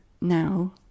now